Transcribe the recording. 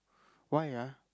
why ah